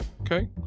Okay